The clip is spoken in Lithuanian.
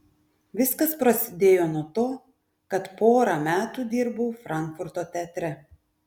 viskas prasidėjo nuo to kad porą metų dirbau frankfurto teatre